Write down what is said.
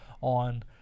on